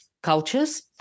cultures